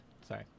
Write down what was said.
Sorry